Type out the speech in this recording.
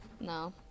No